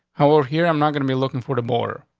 how old here? i'm not gonna be looking for the border.